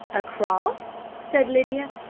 a cross? said lydia.